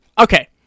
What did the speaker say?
Okay